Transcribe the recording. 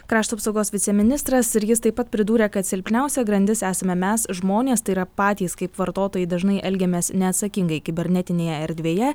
krašto apsaugos viceministras ir jis taip pat pridūrė kad silpniausia grandis esame mes žmonės tai yra patys kaip vartotojai dažnai elgiamės neatsakingai kibernetinėje erdvėje